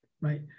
right